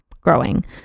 growing